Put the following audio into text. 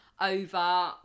over